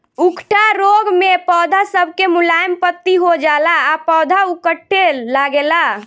उकठा रोग मे पौध सब के मुलायम पत्ती हो जाला आ पौधा उकठे लागेला